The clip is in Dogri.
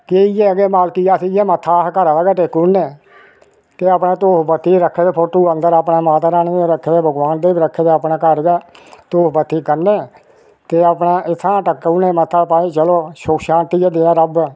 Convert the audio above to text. कि इयै है कि मालक गी इयै मत्था करा दै गै टेकी ओड़ने के अपने धूफ बत्ती महाराज रक्खे दे फोटो अंदर अपने माता रानी दे रक्खे दे भगबान दे बी रक्खे दे अपने इत्थै गै धूफ बत्ती करनी ते अपने इत्थै दा गै टेकी ओड़ने मत्था भाई चलो सुखशांति गै देआ रब्ब